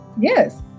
yes